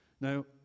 Now